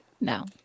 No